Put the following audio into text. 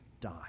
die